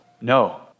No